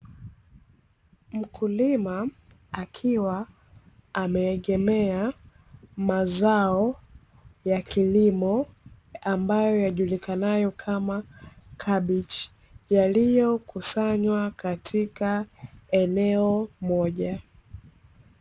Mkulima akiwa ameegemea mazao ya kilimo ambayo yajulikanayo kama kabichi yaliyokusanywa katika eneo moja.